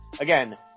Again